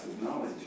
knowledge